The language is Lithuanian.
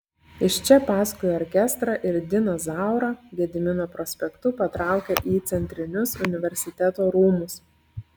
iš čia paskui orkestrą ir diną zaurą gedimino prospektu patraukė į centrinius universiteto rūmus